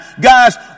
guys